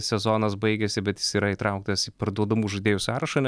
sezonas baigiasi bet jis yra įtrauktas į parduodamų žaidėjų sąrašą nes